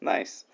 Nice